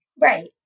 Right